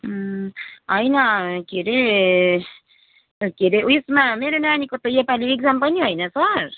होइन के अरे के अरे उयेसमा मेरो नानीको त योपालि एक्जाम पनि होइन सर